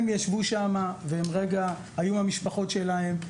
הם ישבו שם ורגע היו עם המשפחות שלהם,